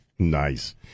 Nice